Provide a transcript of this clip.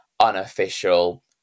unofficial